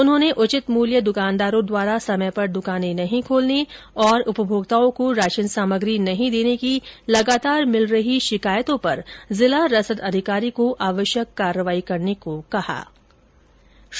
उन्होंने उचित मूल्य दुकानदारो द्वारा समय पर दुकाने नहीं खोलने और उपमोक्ताओं को राशन सामग्री नहीं देने की लगातार मिल रही शिकायतो पर जिला रसद अधिकारी को आवश्यक कार्यवाही करने के निर्देश दिए